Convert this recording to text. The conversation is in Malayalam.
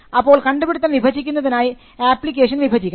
അപ്പോൾ കണ്ടുപിടുത്തം വിഭജിക്കുന്നതിനായി ആപ്ലിക്കേഷൻ വിഭജിക്കണം